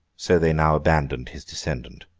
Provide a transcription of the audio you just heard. so they now abandoned his descendant.